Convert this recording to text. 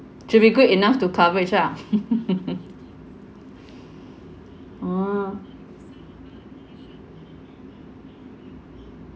should be good enough to coverage ah ah